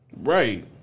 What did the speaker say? Right